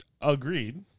Agreed